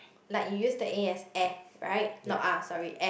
like you use the A as air right not ah sorry air